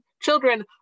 children